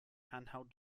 handheld